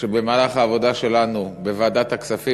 ירושלים, הכנסת,